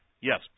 Yes